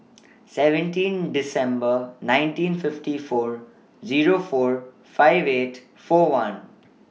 seventeen December nineteen fifty four Zero four five eight four one